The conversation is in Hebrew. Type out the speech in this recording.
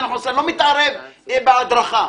אני לא מתערב בהדרכה,